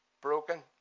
broken